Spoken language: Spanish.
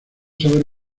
saber